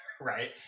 right